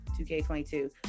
2K22